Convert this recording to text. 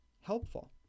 helpful